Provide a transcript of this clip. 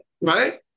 right